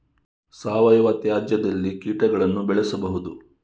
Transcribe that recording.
ಸಾವಯವ ತ್ಯಾಜ್ಯದಲ್ಲಿ ಕೀಟಗಳನ್ನು ಬೆಳೆಸಬಹುದು